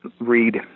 read